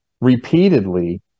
repeatedly